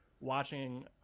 watching